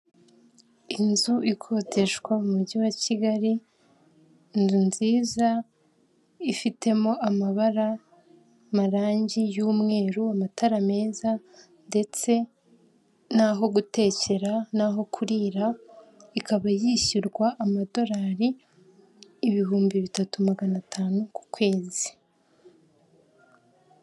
Inzu ikodeshwa mu mujyi wa kigali, inzu nziza ifitemo amabara, marangi y'umweru, amatara meza, ndetse naho gutekera, naho kurira. Ikaba yishyurwa amadolari ibihumbi bitatu magana atanu ku kwezi.